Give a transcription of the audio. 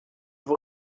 vous